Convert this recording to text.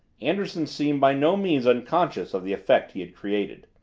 anderson seemed by no means unconscious of the effect he had created.